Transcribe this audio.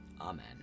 Amen